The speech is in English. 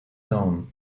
loan